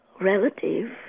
relative